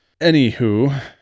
Anywho